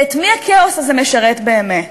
ואת מי הכאוס הזה משרת באמת?